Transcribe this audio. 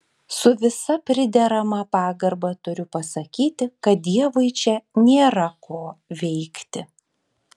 su visa priderama pagarba turiu pasakyti kad dievui čia nėra ko veikti